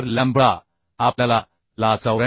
तर लॅम्बडा आपल्याला ला 94